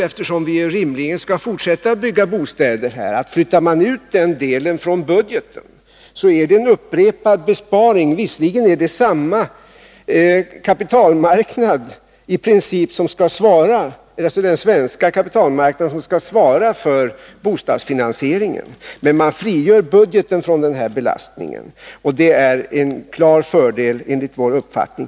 Eftersom vi rimligen skall fortsätta att bygga bostäder innebär det en upprepad besparing. Visserligen är det i princip samma kapitalmarknad, dvs. den svenska kapitalmarknaden, som skall svara för bostadsfinansieringen, men man frigör budgeten från den här belastningen. Det är en klar fördel enligt vår uppfattning.